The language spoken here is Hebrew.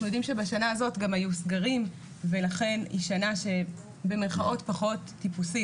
אנחנו יודעים שבשנה הזאת גם היו סגרים ולכן היא שנה שפחות טיפוסית